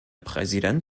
präsident